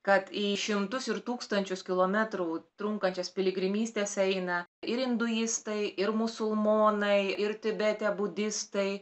kad į šimtus ir tūkstančius kilometrų trunkančias piligrimystes eina ir induistai ir musulmonai ir tibete budistai